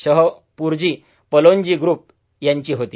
Shapoorji Pallonji group यांची होती